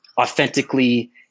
authentically